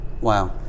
Wow